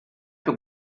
più